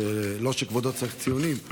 לא שכבודו צריך ציונים,